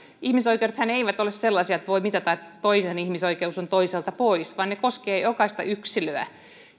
ihmisoikeudethan eivät ole sellaisia että voi mitata niin että toisen ihmisoikeus on toiselta pois vaan ne koskevat jokaista yksilöä